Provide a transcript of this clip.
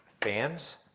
fans